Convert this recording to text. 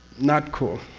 not cool.